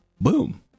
Boom